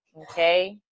Okay